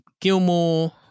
Gilmore